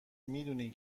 میدونی